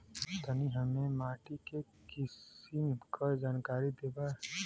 तनि हमें माटी के किसीम के जानकारी देबा?